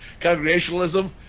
congregationalism